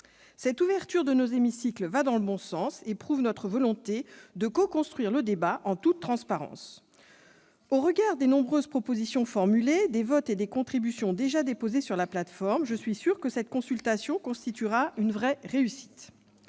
Cette ouverture de nos hémicycles va dans le bon sens et prouve notre volonté de coconstruire le débat en toute transparence. Au regard des nombreuses propositions formulées, des votes et des contributions déposés sur la plateforme, je suis sûre que cette consultation constituera une vraie réussite.